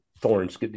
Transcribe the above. thorns